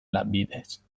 lanbidez